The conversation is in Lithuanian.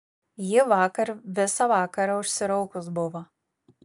ji vakar visą vakarą užsiraukus buvo